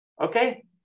Okay